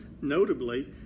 Notably